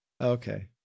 Okay